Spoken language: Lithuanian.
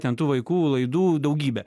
ten tų vaikų laidų daugybė